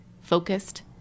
focused